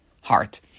heart